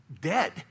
dead